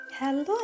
Hello